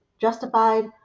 justified